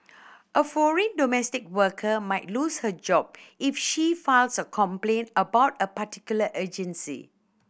a foreign domestic worker might lose her job if she files a complaint about a particular agency